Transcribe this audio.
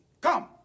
Come